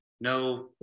No